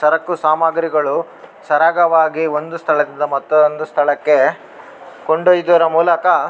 ಸರಕು ಸಾಮಗ್ರಿಗಳು ಸರಾಗವಾಗಿ ಒಂದು ಸ್ಥಳದಿಂದ ಮತ್ತೊಂದು ಸ್ಥಳಕ್ಕೆ ಕೊಂಡೊಯ್ಯುದರ ಮೂಲಕ